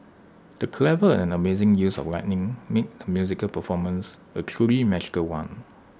the clever and amazing use of lighting made the musical performance A truly magical one